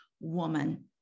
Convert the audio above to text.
woman